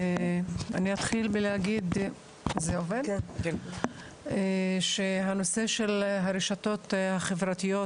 אני אתחיל בלהגיד שהנושא של הרשתות החברתיות